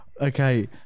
Okay